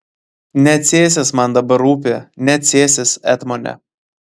ne cėsis man dabar rūpi ne cėsis etmone